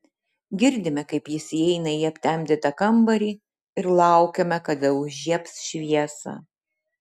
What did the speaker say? girdime kaip jis įeina į aptemdytą kambarį ir laukiame kada užžiebs šviesą